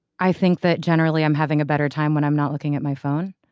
i think that generally i'm having a better time when i'm not looking at my phone.